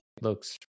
looks